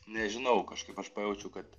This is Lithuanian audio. nežinau kažkaip aš pajaučiau kad